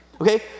okay